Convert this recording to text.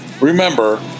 Remember